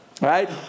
Right